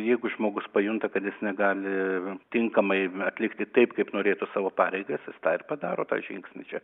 jeigu žmogus pajunta kad jis negali tinkamai atlikti taip kaip norėtų savo pareigas jis tą ir padaro tą žingsnį